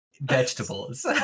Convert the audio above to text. vegetables